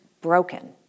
broken